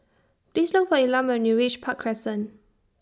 Please Look For Elam when YOU REACH Park Crescent